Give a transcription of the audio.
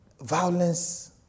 violence